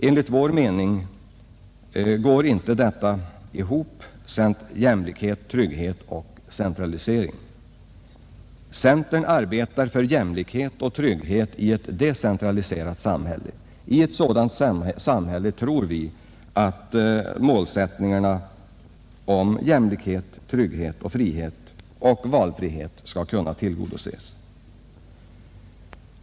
Enligt vår mening går jämlikhet, trygghet och centralisering inte ihop. Centern arbetar för jämlikhet och trygghet i ett decentraliserat samhälle. I ett sådant samhälle tror vi att målsättningarna om jämlikhet, trygghet och valfrihet skall kunna tillgodoses.